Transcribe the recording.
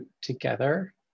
together